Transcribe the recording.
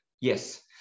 Yes